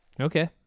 Okay